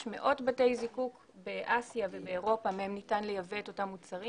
יש מאות בתי זיקוק באסיה ובאירופה מהם ניתן לייבא את אותם מוצרים.